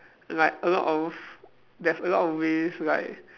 like a lot of there's a lot of ways like